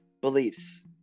beliefs